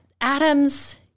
atoms